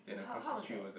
how how was that